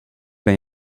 ben